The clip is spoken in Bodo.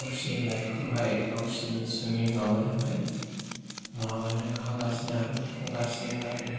गावसोरनि लाइफखौहाय गावसोरनि सिंनि माबाजोंहाय माबानो हागासिनो आरो खुंगासिनो हागासिनो आरो